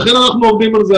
לכן אנחנו עומדים על זה.